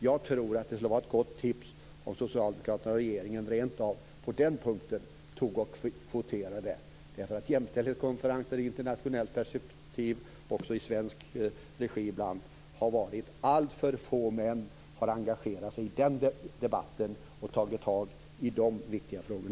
Jag tror att det skulle vara ett gott tips att Socialdemokraterna och regeringen rent av på den punkten tog och kvoterade, därför att vid jämställdhetskonferenser i internationellt perspektiv - också i svensk regi ibland - har det varit så att alltför få män har engagerat sig i den debatten och tagit tag i dessa viktiga frågor.